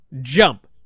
jump